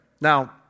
Now